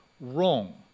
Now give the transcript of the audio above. Wrong